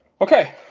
Okay